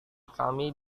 kami